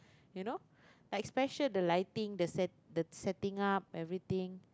you know like special the lighting the set~ the setting up everything